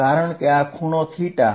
યાદ રાખો કદ ઘટક કેટલું છે